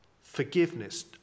forgiveness